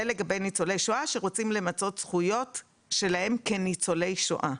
זה לגבי ניצולי שואה שרוצים למצות זכויות שלהם כניצולי שואה.